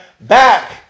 back